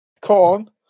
corn